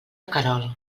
querol